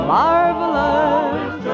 marvelous